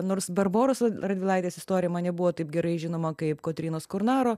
nors barboros radvilaitės istorija man nebuvo taip gerai žinoma kaip kotrynos kornaro